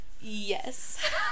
Yes